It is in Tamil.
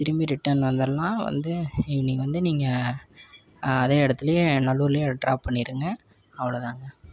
திரும்பி ரிட்டன் வந்துர்லாம் வந்து ஈவினிங் வந்து நீங்கள் அதே இடத்துலயே நல்லூர்லேயே ட்ராப் பண்ணிடுங்க அவ்வளோ தான்ங்க